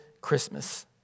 Christmas